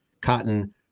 cotton